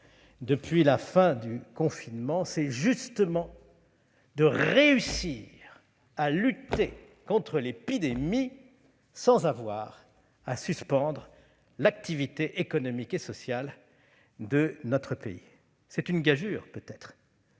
depuis la fin du confinement, est au contraire de réussir à lutter contre l'épidémie sans avoir à suspendre l'activité économique et sociale de notre pays. C'est sans doute une